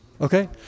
Okay